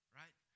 right